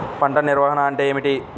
పంట నిర్వాహణ అంటే ఏమిటి?